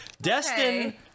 Destin